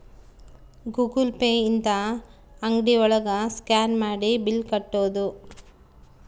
Google Pay ಇಂದ ಅಂಗ್ಡಿ ಒಳಗ ಸ್ಕ್ಯಾನ್ ಮಾಡಿ ಬಿಲ್ ಕಟ್ಬೋದು